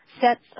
sets